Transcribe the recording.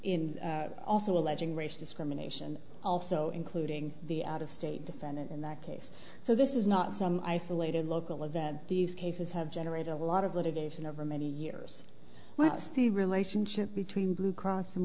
n also alleging racial discrimination also including the out of state defendant in that case so this is not some isolated local event these cases have generated a lot of litigation over many years what's the relationship between blue cross and